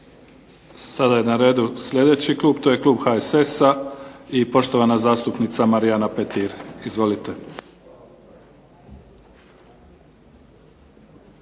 Sada je na redu sljedeći klub, to je klub HSS-a i poštovana zastupnica Marijana Petir. **Petir,